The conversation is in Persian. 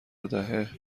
دهه